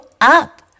up